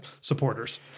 supporters